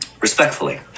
respectfully